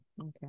okay